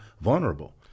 vulnerable